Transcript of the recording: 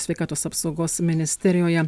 sveikatos apsaugos ministerijoje